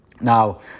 Now